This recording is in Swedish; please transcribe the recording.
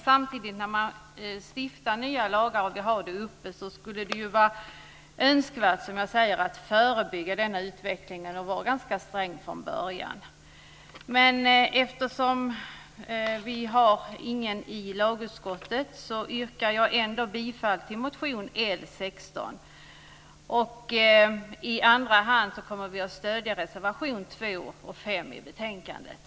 Samtidigt när man stiftar nya lagar skulle det vara önskvärt att förebygga denna utveckling och vara ganska sträng från början. Eftersom vi inte har någon representant i lagutskottet yrkar jag bifall till motion L16. I andra hand kommer vi att stödja reservationerna 2 och 5 i betänkandet.